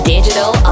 Digital